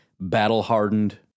battle-hardened